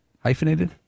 Hyphenated